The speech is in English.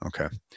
okay